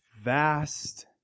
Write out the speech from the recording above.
vast